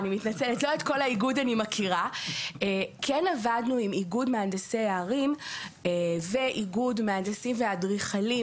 כן עבדנו עם איגוד מהנדסי עם איגוד מהנדסי הערים ואיגוד מהנדסים ואדריכלים